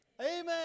Amen